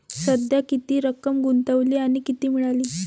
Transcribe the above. सध्या किती रक्कम गुंतवली आणि किती मिळाली